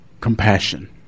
compassion